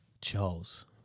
Charles